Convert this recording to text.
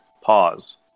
Pause